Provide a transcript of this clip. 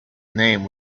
name